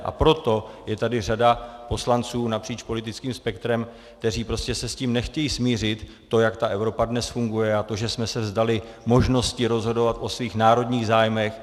A proto je tady řada poslanců napříč politickým spektrem, kteří se s tím prostě nechtějí smířit to, jak ta Evropa dnes funguje, a to, že jsme se vzdali možnosti rozhodovat o svých národních zájmech.